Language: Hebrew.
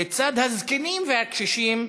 ולצדם את הזקנים והקשישים,